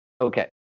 Okay